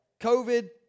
COVID